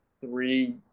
three